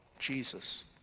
Jesus